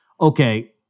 Okay